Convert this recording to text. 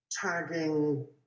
tagging